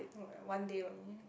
no eh one day only eh